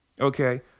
okay